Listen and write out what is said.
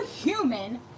human